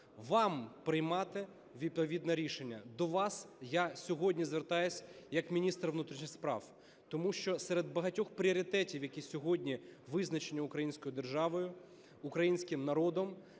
Вам приймати відповідне рішення. До вас я сьогодні звертаюсь як міністр внутрішніх справ. Тому що серед багатьох пріоритетів, які сьогодні визначені українською державою, українським народом,